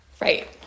Right